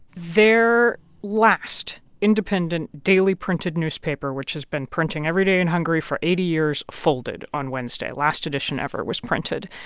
their last independent daily-printed newspaper, which has been printing every day in hungary for eighty years, folded on wednesday last edition ever was printed.